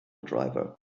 driver